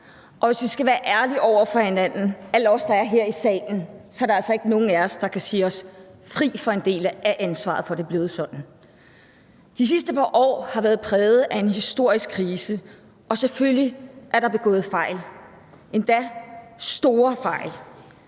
Og hvis vi skal være ærlige over for hinanden, alle os, der er her i salen, så er der altså ikke nogen af os, der kan sige os fri for en del af ansvaret for, at det er blevet sådan. De sidste par år har været præget af en historisk krise, og selvfølgelig er der begået fejl, endda store fejl.